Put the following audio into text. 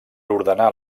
ordenar